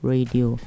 Radio